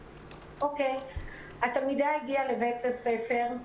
התלמידה הגיעה לבית הספר,